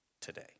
today